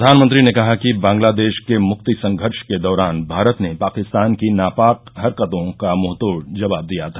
प्रधानमंत्री ने कहा कि बांग्लादेश के मृक्ति संघर्ष के दौरान भारत ने पाकिस्तान की नापाक हरकतों का मुंहतोड जवाब दिया था